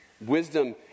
Wisdom